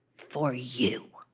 for you.